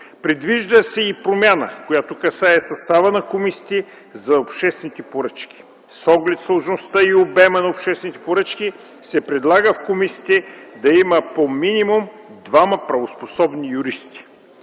Предвижда се и промяна, която касае състава на комисиите за обществените поръчки. С оглед сложността и обема на обществените поръчки се предлага в комисиите да има по минимум двама правоспособни юристи.